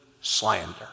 slander